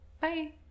Bye